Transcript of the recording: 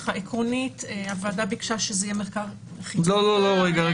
עקרונית הוועדה ביקשה שזה יהיה מחקר- -- עוד לא מחקר.